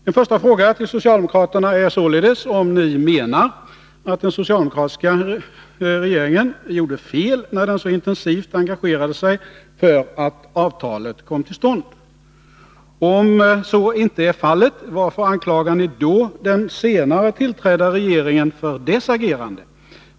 En första fråga till socialdemokraterna är således: Menar ni att den socialdemokratiska regeringen gjorde fel, när den så intensivt engagerade sig för att avtalet kom till stånd? Om så inte är fallet, varför anklagar ni då den 65 5 Riksdagens protokoll 1981/82:145-146 senare tillträdda regeringen för dess agerande?